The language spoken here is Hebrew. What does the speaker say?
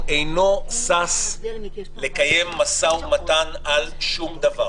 אינו שש לקיים משא ומתן על שום דבר.